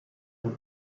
nom